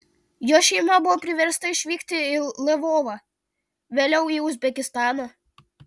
jo šeima buvo priversta išvykti į lvovą vėliau į uzbekistaną